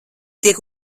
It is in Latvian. tiek